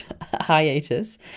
hiatus